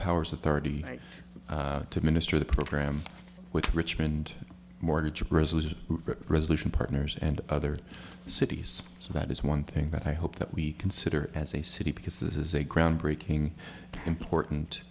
powers authority to minister the program with richmond mortgage resolution resolution partners and other cities so that is one thing that i hope that we consider as a city because this is a groundbreaking important